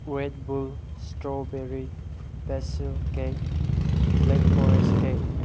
red bull strawberry basil cake black forest cake